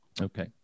Okay